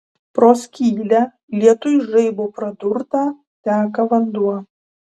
pro skylę lietuj žaibo pradurtą teka vanduo